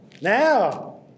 Now